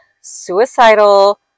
suicidal